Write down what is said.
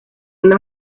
and